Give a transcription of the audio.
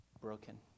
broken